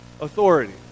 authority